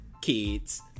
kids